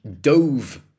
dove